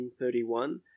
1931